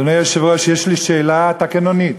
אדוני היושב-ראש, יש לי שאלה תקנונית: